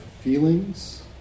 feelings